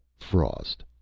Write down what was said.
frost.